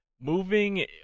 moving